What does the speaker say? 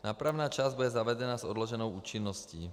Nápravná část bude zavedena s odloženou účinností.